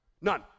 None